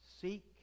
Seek